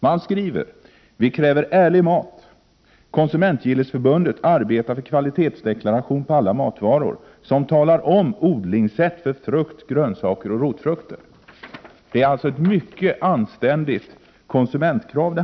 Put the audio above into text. Man skriver: ”VI KRÄVER ÄRLIG MAT Konsumentgillesförbundet arbetar för kvalitetsdeklaration på alla matvaror. Som talar om odlingssätt för frukt, grönsaker och rotfrukter.” Det handlar alltså om ett mycket anständigt konsumentkrav.